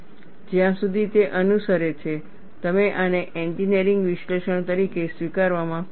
જ્યાં સુધી તે અનુસરે છે તમે આને એન્જિનિયરિંગ વિશ્લેષણ તરીકે સ્વીકારવામાં ખુશ છો